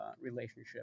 relationship